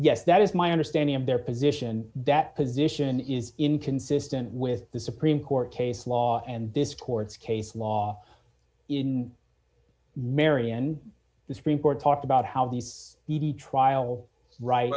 yes that is my understanding of their position that position is inconsistent with the supreme court case law and this court's case law in marion the supreme court talked about how these the trial right